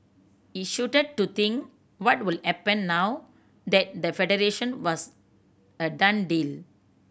he shuddered to think what would happen now that the Federation was a done din